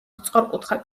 სწორკუთხა